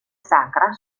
sacra